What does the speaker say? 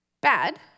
Bad